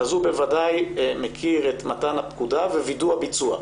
הוא בוודאי מכיר את מתן הפקודה ווידוא הביצוע.